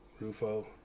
Rufo